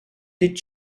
did